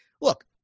Look